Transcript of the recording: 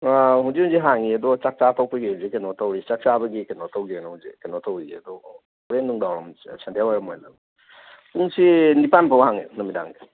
ꯍꯧꯖꯤꯛ ꯍꯧꯖꯤꯛ ꯍꯥꯡꯉꯤꯌꯦ ꯑꯗꯣ ꯆꯥꯛꯆꯥ ꯇꯣꯛꯄꯒꯤ ꯍꯧꯖꯤꯛ ꯀꯩꯅꯣ ꯇꯧꯔꯤ ꯆꯥꯛ ꯆꯥꯕꯒꯤ ꯀꯩꯅꯣ ꯇꯧꯁꯦꯅ ꯍꯧꯖꯤꯛ ꯀꯩꯅꯣ ꯇꯧꯔꯤꯌꯦ ꯑꯗꯣ ꯍꯣꯔꯦꯟ ꯅꯨꯃꯤꯗꯥꯡ ꯋꯥꯏꯔꯝ ꯁꯟꯗ꯭ꯌꯥ ꯋꯥꯏꯔꯝ ꯑꯣꯏꯅ ꯄꯨꯡꯁꯤ ꯅꯤꯄꯥꯟꯐꯧ ꯍꯥꯡꯉꯦ ꯅꯨꯃꯤꯗꯥꯡꯒꯤ